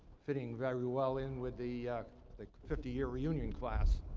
fitting very well in with the like fifty year reunion class.